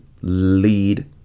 lead